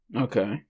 Okay